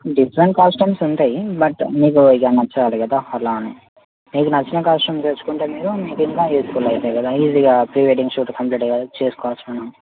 different costumes ఉంటాయి but మీకు ఇక నచ్చాలి కదా అలా అని మీకు నచ్చిన కాస్ట్యూమ్స్ తెచ్చుకుంటే మీరు మీకు ఇంకా యూజ్ ఫుల్ అయితది కదా ఈసీగా ప్రీ వెడ్డింగ్ షూట్ కంప్లీట్గా చేసుకోవచ్చు మనం